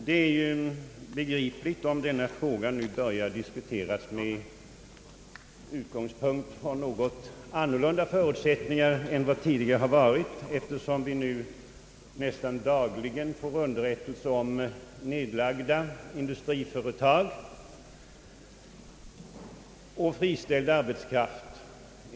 Det är begripligt om denna fråga nu börjar diskuteras med utgångspunkt från något annorlunda förutsättningar än tidigare, eftersom vi nästan dagligen får underrättelser om nedlagda industriföretag och friställd arbetskraft.